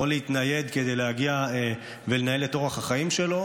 או להתנייד כדי להגיע ולנהל את אורח החיים שלו,